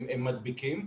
הם מדביקים,